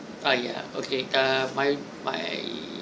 ah ya okay uh my my